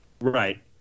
Right